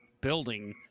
building